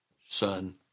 Son